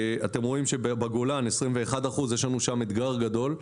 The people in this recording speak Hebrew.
אתם רואים שבגולן 21 אחוזים ושם יש לנו אתגר גדול.